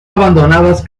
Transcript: abandonadas